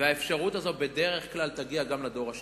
והאפשרות הזאת בדרך כלל תגיע גם לדור השלישי.